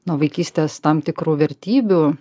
nuo vaikystės tam tikrų vertybių